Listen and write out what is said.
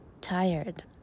tired